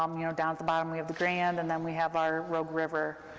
um you know, down at the bottom, we have the gray end, and then we have our rogue river,